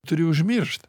turi užmiršt